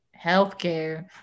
healthcare